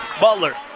Butler